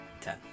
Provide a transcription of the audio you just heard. Ten